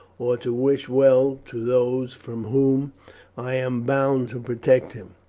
or to wish well to those from whom i am bound to protect him.